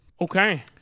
Okay